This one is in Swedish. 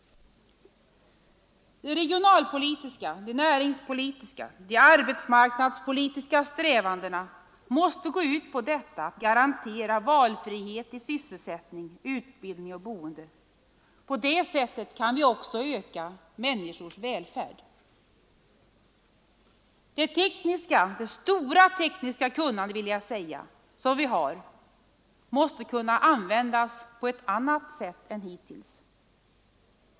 De regionalpolitiska, de näringspolitiska och de arbetsmarknadspolitiska strävandena måste gå ut på att garantera valfrihet i sysselsättning, utbildning och boende. På det sättet kan vi också öka människors välfärd. Det stora tekniska kunnande som vi har måste kunna användas på ett annat sätt än hittills.